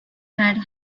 had